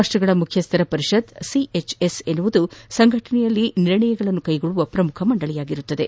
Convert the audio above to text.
ರಾಷ್ಟಗಳ ಮುಖ್ಯಸ್ದರ ಪರಿಷತ್ ಸಿಎಚ್ಎಸ್ ಎನ್ನುವುದು ಸಂಘಟನೆಯಲ್ಲಿ ನಿರ್ಣಯ ಕೈಗೊಳ್ಳುವ ಪ್ರಮುಖ ಮಂಡಳಿಯಾಗಿದೆ